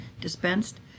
dispensed